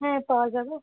হ্যাঁ পাওয়া যাব